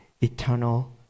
eternal